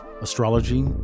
astrology